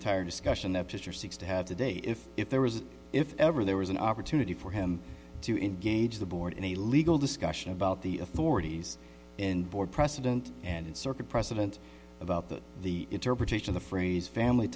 entire discussion of his or seeks to have today if if there was if ever there was an opportunity for him to engage the board in a legal discussion about the authorities and board precedent and circuit precedent about that the interpretation of the phrase family